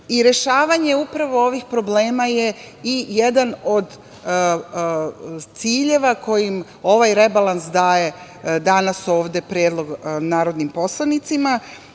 i rešavanje upravo ovih problema je jedan od ciljeva kojim ovaj rebalans daje predlog narodnim poslanicima,